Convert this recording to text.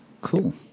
cool